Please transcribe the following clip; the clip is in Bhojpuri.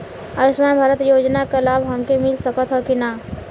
आयुष्मान भारत योजना क लाभ हमके मिल सकत ह कि ना?